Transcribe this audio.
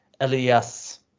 Elias